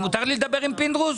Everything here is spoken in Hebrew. מותר לי לדבר עם פינדרוס?